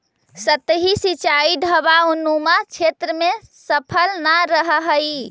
सतही सिंचाई ढवाऊनुमा क्षेत्र में सफल न रहऽ हइ